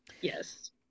Yes